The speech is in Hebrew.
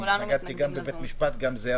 אני התנגדתי גם בבית משפט וגם זה,